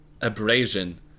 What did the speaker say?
Abrasion